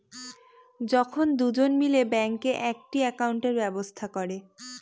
যখন দুজন মিলে ব্যাঙ্কে একটি একাউন্টের ব্যবস্থা করে